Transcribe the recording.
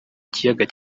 kiyaga